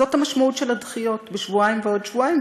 זאת המשמעות של הדחיות בשבועיים ועוד שבועיים,